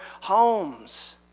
homes